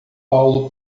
paulo